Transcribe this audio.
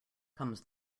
comes